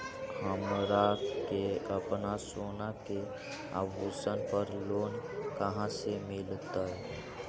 हमरा के अपना सोना के आभूषण पर लोन कहाँ से मिलत?